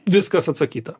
viskas atsakyta